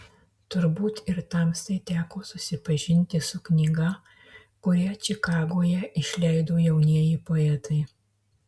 turbūt ir tamstai teko susipažinti su knyga kurią čikagoje išleido jaunieji poetai